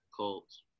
Colts